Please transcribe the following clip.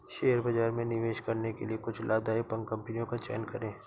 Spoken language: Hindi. शेयर बाजार में निवेश करने के लिए कुछ लाभदायक कंपनियों का चयन करें